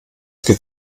geht